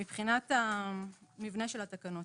מבחינת המבנה של התקנות.